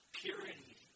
purity